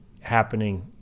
happening